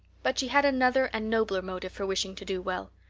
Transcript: but she had another and nobler motive for wishing to do well.